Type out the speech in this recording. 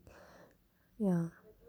ya